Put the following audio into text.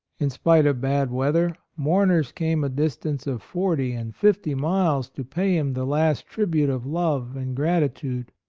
in spite of bad weather, mourners came a distance of forty and fifty miles to pay him the last tribute of love and gratitude.